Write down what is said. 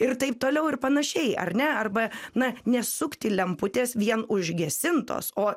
ir taip toliau ir panašiai ar ne arba na nesukti lemputės vien užgesintos o